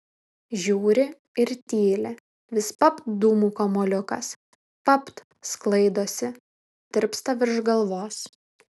žiūri ir tyli vis papt dūmų kamuoliukas papt sklaidosi tirpsta virš galvos